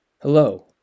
Hello